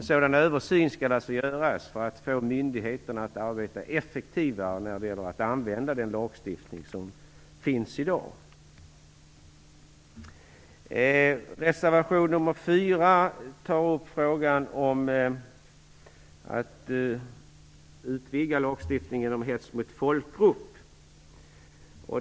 En sådan översyn skall alltså göras för att få myndigheterna att arbeta effektivare när det gäller att använda den lagstiftning som finns i dag. Reservation nr 4 tar upp frågan om utvidgning av lagstiftningen om hets mot folkgrupp.